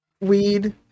weed